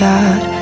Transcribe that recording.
God